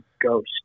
Ghost